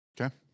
Okay